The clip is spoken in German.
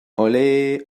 olé